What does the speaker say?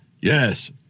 Yes